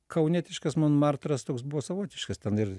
kaunietiškas monmartras toks buvo savotiškas ten ir